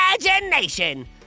imagination